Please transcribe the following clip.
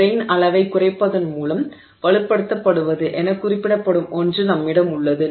grain அளவை குறைப்பதன் மூலம் வலுப்படுத்துவது என குறிப்பிடப்படும் ஒன்று நம்மிடம் உள்ளது